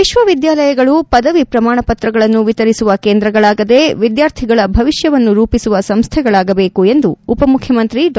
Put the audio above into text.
ವಿಶ್ವವಿದ್ಯಾಲಯಗಳು ಪದವಿ ಪ್ರಮಾಣಪತ್ರಗಳನ್ನು ವಿತರಿಸುವ ಕೇಂದ್ರಗಳಾಗದೇ ಎದ್ದಾರ್ಥಿಗಳ ಭವಿಷ್ಠವನ್ನು ರೂಪಿಸುವ ಸಂಸ್ಥೆಗಳಾಗಬೇಕು ಎಂದು ಉಪಮುಖ್ಯಮಂತ್ರಿ ಡಾ